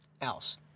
else